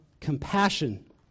compassion